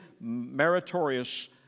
meritorious